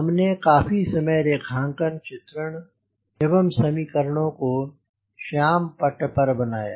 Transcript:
हमने काफी समय रेखांकन चित्रण एवं समीकरणों को श्याम पट्ट पर बनाया